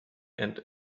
and